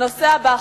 הנושא הבא,